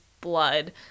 blood